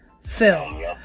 film